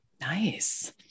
Nice